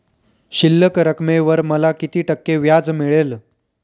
शिल्लक रकमेवर मला किती टक्के व्याज मिळेल?